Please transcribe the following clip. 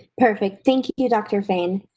perfect, thank you, dr. fain.